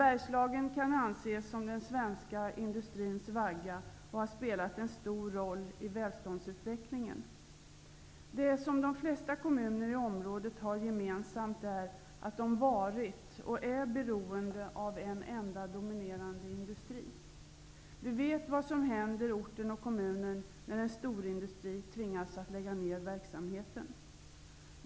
Bergslagen kan ses som den svenska industrins vagga och har spelat en stor roll i välståndsutvecklingen. Det som de flesta kommunerna i området har gemensamt är att de varit och är beroende av en enda dominerande industri. Vi vet vad som händer orten och kommunen när en stor industri tvingas att lägga ner verksamheten.